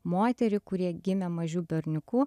moterį kuri gimė mažu berniuku